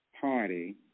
Party